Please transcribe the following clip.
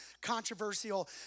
controversial